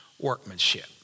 workmanship